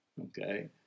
Okay